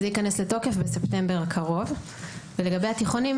זה ייכנס לתוקף בספטמבר הקרוב ולגבי התיכונים,